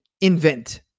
invent